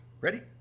Ready